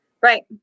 Right